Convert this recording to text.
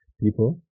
people